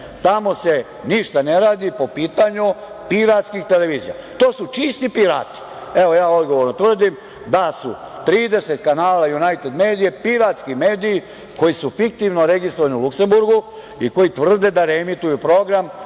Tamo se ništa ne radi po pitanju piratskih televizija. To su čisti pirati. Ja odgovorno tvrdim da su 30 kanala „Junajted medije“ piratski mediji koji su fiktivno registrovani u Luksemburgu i koji tvrde da reemituju program,